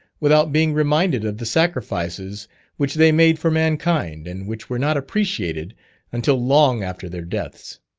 without being reminded of the sacrifices which they made for mankind, and which were not appreciated until long after their deaths.